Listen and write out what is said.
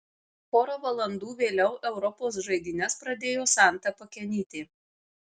pora valandų vėliau europos žaidynes pradėjo santa pakenytė